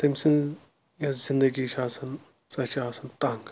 تٔمۍ سٕنٛز یۄس زِنٛدَگی چھِ آسان سۄ چھِ آسان تنٛگ